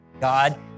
God